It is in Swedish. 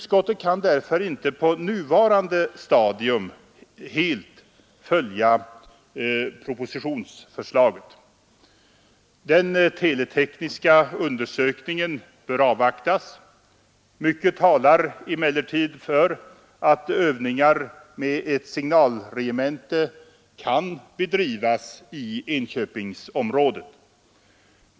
Utskottet kan därför på nuvarande stadium inte helt följa propositionsförslaget. Den teletekniska undersökningen bör avvaktas. Mycket talar emellertid för att övningar med ett signalregemente kan bedrivas i Enköpingsområdet.